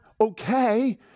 Okay